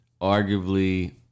arguably